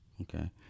Okay